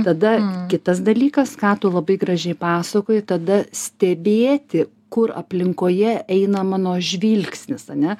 tada kitas dalykas ką tu labai gražiai pasakoji tada stebėti kur aplinkoje eina mano žvilgsnis ane